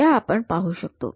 त्या आपण पाहू शकतो